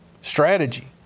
strategy